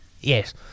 Yes